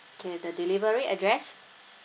okay the delivery address